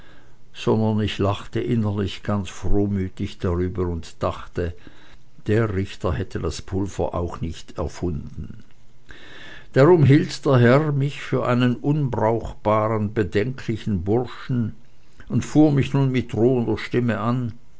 sondern ich lachte innerlich ganz frohmütig darüber und dachte der richter hätte das pulver auch nicht erfunden darum hielt mich der herr für einen unbrauchbaren bedenklichen burschen und fuhr mich nun mit drohender miene an